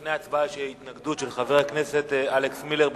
לפני ההצבעה יש התנגדות של חבר הכנסת אלכס מילר.